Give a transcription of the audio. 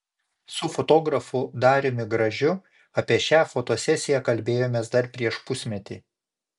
su fotografu dariumi gražiu apie šią fotosesiją kalbėjomės dar prieš pusmetį